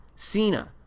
Cena